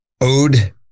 ode